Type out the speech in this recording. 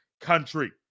country